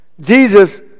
Jesus